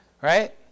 Right